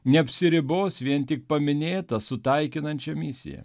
neapsiribos vien tik paminėta sutaikinančia misija